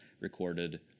recorded